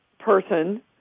person